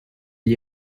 gli